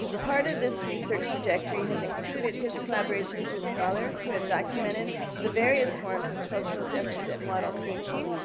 part of this research trajectory has included his collaborations with scholars who had documented the various forms of culture deficit model thinking.